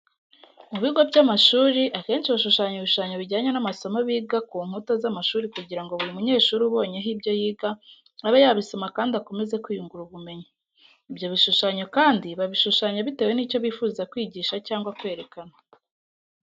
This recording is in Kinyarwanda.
Mu bigo by'amashuri akenshi bashushanya ibishushanyo bijyanye n'amasomo biga ku nkuta z'amashuri kugira ngo buri munyeshuri ubonyeho ibyo yiga, abe yabisoma kandi akomeze kwiyungura ubumenyi. Ibyo bishushanyo kandi babishushanya bitewe nicyo bifuza kwijyisha cyangwa kwerekana.